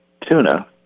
tuna